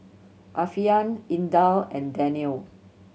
Alfian Indah and Danial